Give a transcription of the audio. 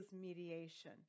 mediation